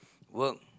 work